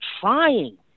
trying